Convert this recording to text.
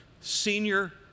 senior